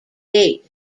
date